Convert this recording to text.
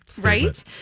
Right